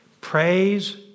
Praise